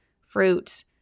fruit